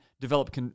develop